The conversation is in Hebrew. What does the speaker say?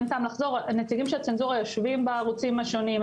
הנציגים של הצנזורה יושבים בערוצים השונים,